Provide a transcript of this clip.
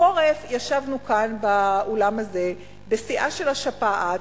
בחורף ישבנו כאן באולם הזה בשיאה של השפעת.